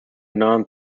non